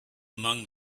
among